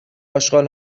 اشغال